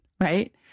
Right